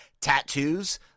tattoos